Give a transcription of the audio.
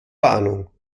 warnung